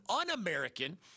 un-American